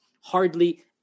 Hardly